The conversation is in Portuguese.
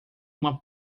uma